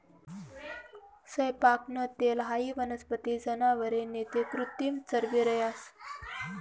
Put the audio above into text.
सैयपाकनं तेल हाई वनस्पती, जनावरे नैते कृत्रिम चरबी रहास